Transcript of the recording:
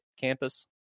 campus